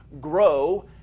grow